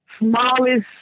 smallest